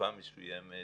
בתקופה מסוימת